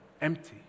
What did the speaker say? empty